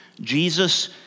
Jesus